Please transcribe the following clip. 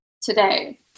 today